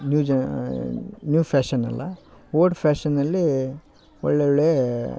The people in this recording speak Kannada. ನ್ಯೂ ಜಾಯಿನ್ ನ್ಯೂ ಫ್ಯಾಷನ್ ಅಲ್ಲ ಒಲ್ಡ್ ಫ್ಯಾಷನ್ ಅಲ್ಲಿ ಒಳ್ಳೊಳ್ಳೆ